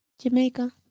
Jamaica